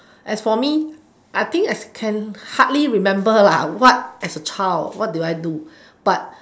as for me I think I can hardly remember ah what as a child what do I do but